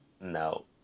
No